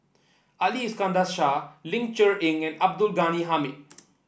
Ali Iskandar Shah Ling Cher Eng and Abdul Ghani Hamid